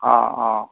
অঁ অঁ